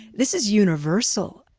this is universal.